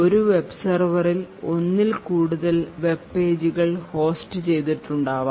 ഒരു വെബ് സെർവറിൽ ഒന്നിൽ കൂടുതൽ വെബ് പേജുകൾ ഹോസ്റ്റ് ചെയ്തിട്ടുണ്ടാവാം